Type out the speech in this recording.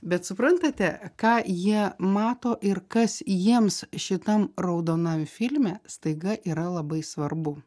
bet suprantate ką jie mato ir kas jiems šitam raudonam filme staiga yra labai svarbu